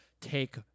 take